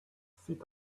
sit